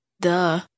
Duh